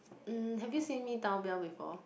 mm have you seen me down bell before